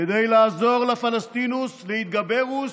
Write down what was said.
כדי לעזור לפלסטינוס להתגברוס